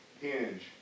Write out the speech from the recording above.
hinge